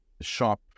shop